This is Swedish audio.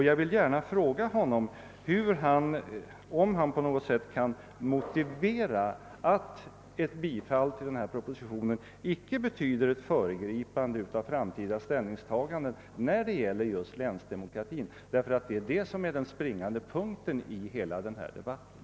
Jag vill gärna fråga honom om han på något sätt kan motivera att ett bifall till propositionen inte skulle betyda ett föregripande av framtida ställningstaganden beträffande just länsdemokratin. Det är detta som är den springande punkten i hela den här debatten.